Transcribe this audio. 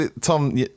Tom